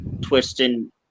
twisting